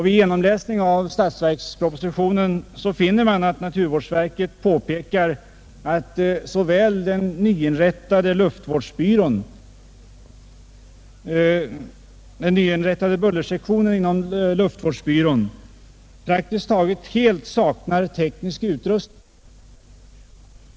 Vid genomläsning av statsverkspropositionen finner man att naturvårdsverket påpekar att den nyinrättade bullersektionen inom luftvårdsbyrån praktiskt taget helt saknar teknisk utrustning.